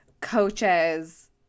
coaches